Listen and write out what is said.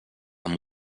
amb